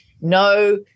no